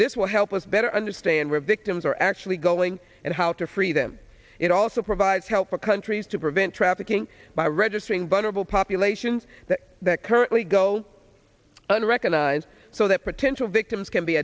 this will help us better understand where victims are actually going and how to free them it also provides help for countries to prevent trafficking by registering vulnerable populations that that currently go unrecognized so that potential victims can be